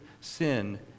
sin